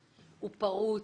הוא פרוץ.